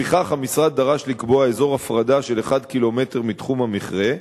לפיכך המשרד דרש לקבוע אזור הפרדה של 1 ק"מ מתחום המכרה,